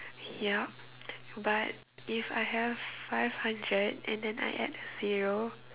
yup but if I have five hundred and then I add a zero